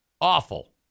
Awful